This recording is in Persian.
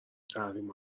تحریم